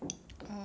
orh